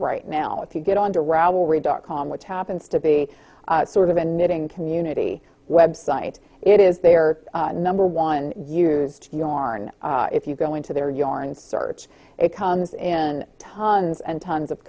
right now if you get on to ravelry dot com which happens to be sort of a knitting community website it is their number one used your and if you go into their yarn search it comes in tons and tons of